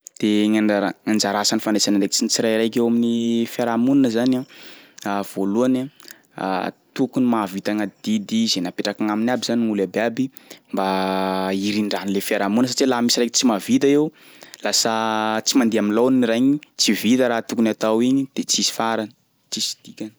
De gn'andrara- gn'anjara asan'ny fandraisana andraikitsy ny tsirairaiky eo amin'ny fiarahamonina zany a, voalohany tokony mahavita gn'adidy zay napetraky gn'aminy aby zany gn'olo abiaby mba hirindran'le fiarahamonina satria laha misy raiky tsy mahavita eo, lasa tsy mandeha am'laoniny raha igny, tsy vita raha tokony atao igny de tsisy farany, tsisy dikany.